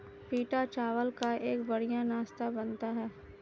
पीटा चावल का एक बढ़िया नाश्ता बनता है